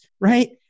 right